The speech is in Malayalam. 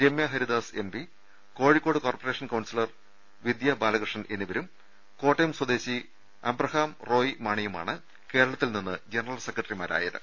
Ramya Haridas M P Kozhikode corporation councillor Vidya Balakrishnan എന്നിവരും കോട്ടയം സ്വദേശി അബ്രഹാം റോയ്മാണിയുമാണ് കേരളത്തിൽ നിന്ന് ജനറൽ സെക്ര ട്ടറിമാരായത്